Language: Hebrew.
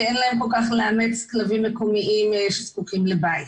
אין להם כל כך לאמץ כלבים מקומיים שזקוקים לבית.